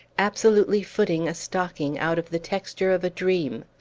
absolutely footing a stocking out of the texture of a dream.